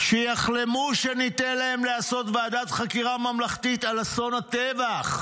שיחלמו שניתן להם לעשות ועדת חקירה ממלכתית על אסון הטבח,